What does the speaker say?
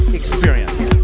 experience